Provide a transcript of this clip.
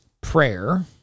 prayer